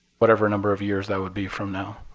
whatever number of years that would be from now.